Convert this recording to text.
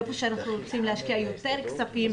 איפה שאנחנו רוצים להשקיע יותר כספים,